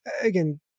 again